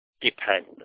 depend